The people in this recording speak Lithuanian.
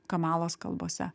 kamalos kalbose